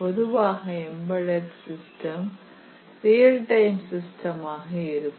பொதுவாக embedded system real time system ஆக இருக்கும்